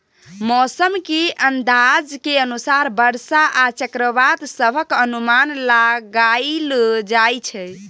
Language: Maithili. मौसम के अंदाज के अनुसार बरसा आ चक्रवात सभक अनुमान लगाइल जाइ छै